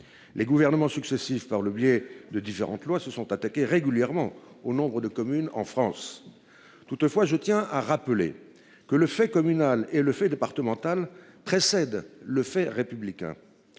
Les gouvernements successifs, par le biais de différentes lois se sont attaquées régulièrement au nombre de communes en France. Toutefois, je tiens à rappeler que le fait communal et le fait départemental précède le fait républicain.